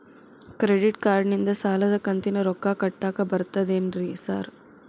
Credit ಕಾರ್ಡನಿಂದ ಸಾಲದ ಕಂತಿನ ರೊಕ್ಕಾ ಕಟ್ಟಾಕ್ ಬರ್ತಾದೇನ್ರಿ ಸಾರ್?